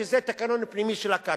שזה תקנון פנימי של הכת,